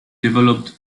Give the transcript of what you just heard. developed